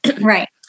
Right